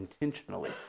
intentionally